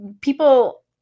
people